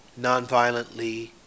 nonviolently